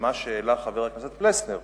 למה שהעלה חבר הכנסת פלסנר,